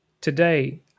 today